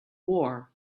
war